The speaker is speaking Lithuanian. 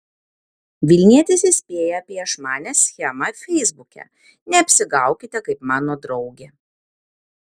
vilnietis įspėja apie išmanią schemą feisbuke neapsigaukite kaip mano draugė